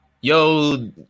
Yo